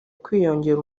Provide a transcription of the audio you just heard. kwiyongera